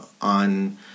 on